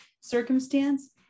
circumstance